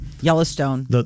Yellowstone